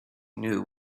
knew